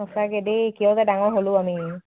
সঁচাকে দেই কিয় যে ডাঙৰ হ'লো আমি